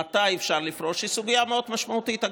מתי אפשר לפרוש, היא סוגיה משמעותית מאוד.